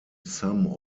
some